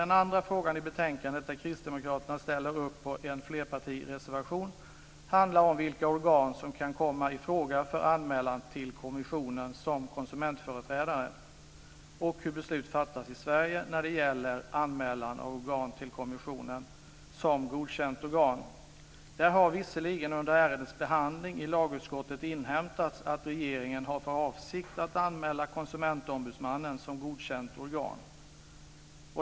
Den andra frågan i betänkandet, där Kristdemokraterna ställer upp på en flerpartireservation, handlar om vilka organ som kan komma i fråga för anmälan till kommissionen som konsumentföreträdare, och hur beslut fattas i Sverige när det gäller anmälan av organ till kommissionen som godkänt organ. Det har visserligen under ärendets behandling i lagutskottet inhämtats att regeringen har för avsikt att anmäla Konsumentombudsmannen som godkänt organ.